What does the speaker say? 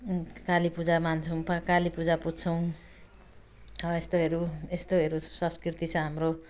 काली पूजा मान्छौँ काली पूजा पूज्छौँ हो यस्तोहरू यस्तोहरू संस्कृति छ हाम्रो